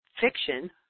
fiction